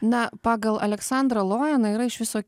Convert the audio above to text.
na pagal aleksandrą loveną yra iš viso